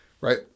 right